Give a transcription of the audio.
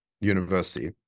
University